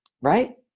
right